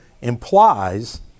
implies